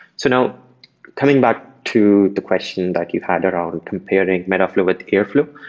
so now coming back to the question that you had around comparing metaflow with airflow,